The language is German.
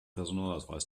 personalausweis